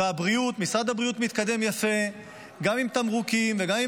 ומשרד הבריאות מתקדם יפה גם עם תמרוקים וגם עם